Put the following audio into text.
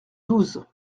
douze